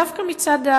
דווקא מצד,